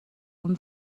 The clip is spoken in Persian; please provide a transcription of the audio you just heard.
اون